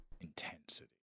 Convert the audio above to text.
intensity